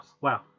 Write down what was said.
Wow